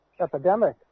epidemic